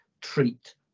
treat